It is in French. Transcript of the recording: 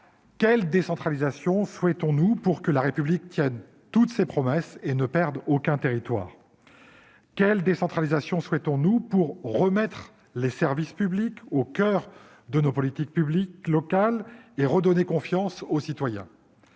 quelle décentralisation souhaitons-nous pour que la République tienne toutes ses promesses et ne perde aucun territoire ? Quelle décentralisation souhaitons-nous pour remettre le service public au coeur de nos politiques publiques locales et redonner confiance aux citoyens ?